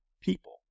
people